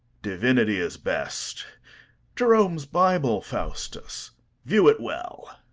divinity is best jerome's bible, faustus view it well.